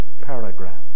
paragraph